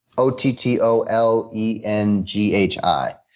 o t t o l e n g h i.